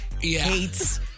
hates